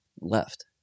left